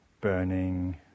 burning